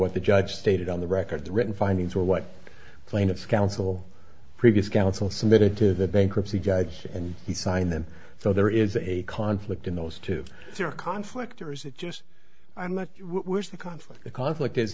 what the judge stated on the record written findings were what the plaintiffs counsel previous counsel submitted to the bankruptcy judge and he signed them so there is a conflict in those two conflict or is it just a much conflict a conflict